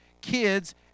kids